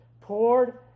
poured